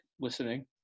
listening